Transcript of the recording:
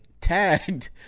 tagged